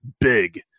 big